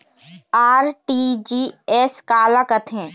RTGS काला कथें?